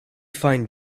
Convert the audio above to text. find